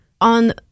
On